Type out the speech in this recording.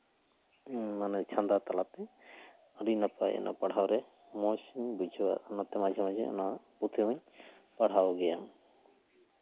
ᱢᱟᱱᱮ ᱪᱷᱟᱸᱫᱟ ᱛᱟᱞᱟᱛᱮ ᱟᱹᱰᱤ ᱱᱟᱯᱟᱭ ᱚᱱᱟ ᱯᱟᱲᱦᱟᱣ ᱨᱮ ᱢᱚᱡᱽ ᱤᱧ ᱵᱩᱡᱷᱟᱹᱣᱟ ᱚᱱᱟᱛᱮ ᱢᱟᱡᱷᱮ ᱢᱟᱡᱷᱮᱧ ᱚᱱᱟ ᱯᱩᱛᱷᱤ ᱦᱚᱸᱧ ᱯᱟᱲᱦᱟᱣ ᱜᱮᱭᱟ